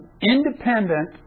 independent